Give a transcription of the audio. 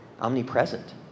omnipresent